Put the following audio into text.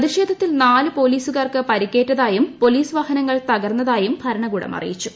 പ്രതിഷേധത്തിൽ നാല് പോലീസുകാർക്ക് പരിക്കേറ്റതായും പോലീസ് വാഹനങ്ങൾ തകർന്നതായും ഭരണകൂടം അറിയിച്ചു